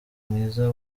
mwiza